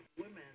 women